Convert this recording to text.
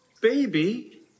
Baby